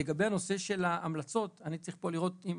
לגבי הנושא של ההמלצות, אני צריך פה לראות עם